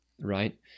right